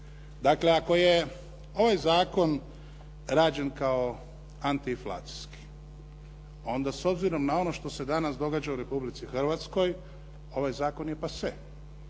Dakle ako je ovaj zakon rađen kao antiinflacijski, onda s obzirom na ono što se danas događa u Republici Hrvatskoj ovaj zakon je pase.